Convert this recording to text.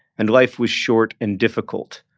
and life was short and difficult.